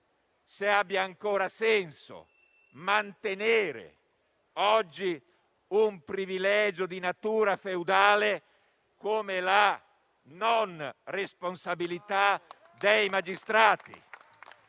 se abbia ancora senso mantenere oggi un privilegio di natura feudale come la non responsabilità dei magistrati.